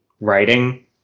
writing